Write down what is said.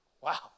Wow